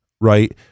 right